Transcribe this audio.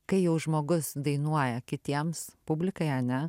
kai jau žmogus dainuoja kitiems publikai ane